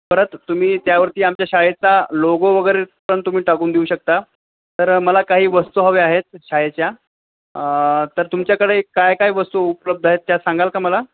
परत तुम्ही त्यावरती आमच्या शाळेचा लोगो वगैरे पण तुम्ही टाकून देऊ शकता तर मला काही वस्तू हव्या आहेत शाळेच्या तर तुमच्याकडे काय काय वस्तू उपलब्ध आहेत त्या सांगाल का मला